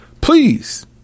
Please